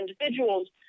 individuals